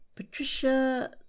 Patricia